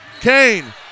Kane